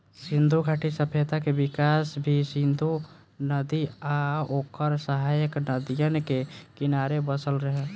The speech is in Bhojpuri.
सिंधु घाटी सभ्यता के विकास भी सिंधु नदी आ ओकर सहायक नदियन के किनारे बसल रहे